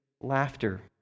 laughter